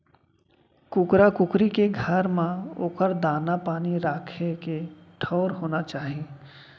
कुकरा कुकरी के घर म ओकर दाना, पानी राखे के ठउर होना चाही